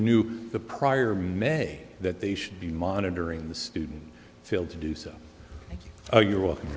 knew the prior may that they should be monitoring the student failed to do so oh you're w